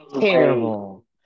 terrible